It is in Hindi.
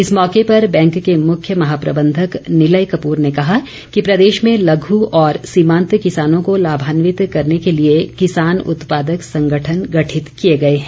इस मौके पर बैंक के मूख्य महाप्रबंधक निलय कपूर ने कहा कि प्रदेश में लघु और सीमांत किसानों को लाभान्वित करने के लिए किसान उत्पादक संगठन गठित किए गए हैं